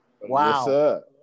Wow